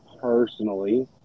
personally